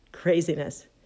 Craziness